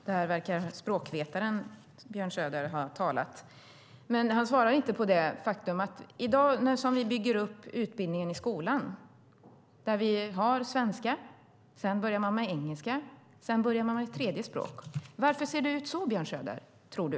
Fru talman! Här verkar språkvetaren Björn Söder ha talat. Men han svarar inte på det jag sade om hur vi bygger upp utbildningen i skolan. Vi har undervisning i svenska. Sedan börjar man med engelska, och sedan med ett tredje språk. Varför ser det ut så, Björn Söder, tror du?